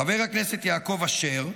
חבר הכנסת יעקב אשר,